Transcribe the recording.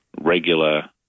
regular